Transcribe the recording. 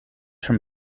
from